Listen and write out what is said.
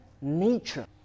nature